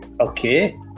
Okay